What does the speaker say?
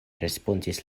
respondis